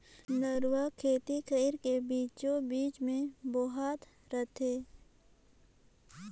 नरूवा खेत खायर के बीचों बीच मे बोहात रथे